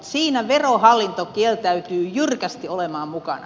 siinä verohallinto kieltäytyy jyrkästi olemasta mukana